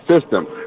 system